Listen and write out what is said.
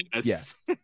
Yes